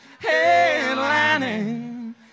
headlining